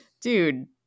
dude